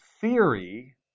theory